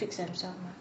fix themselves mah